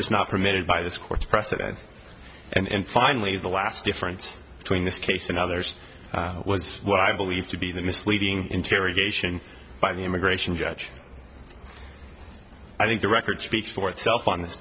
just not permitted by this court's precedent and finally the last difference between this case and others was what i believe to be the misleading interrogation by the immigration judge i think the record speaks for itself on this